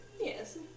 Yes